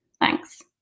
Thanks